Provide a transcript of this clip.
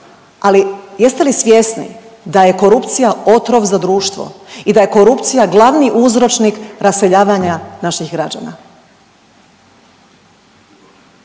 Ali jeste li svjesni da je korupcija otrov za društvo i da je korupcija glavni uzročnik raseljavanja naših građana?